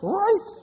right